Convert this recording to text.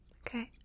okay